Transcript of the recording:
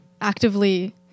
actively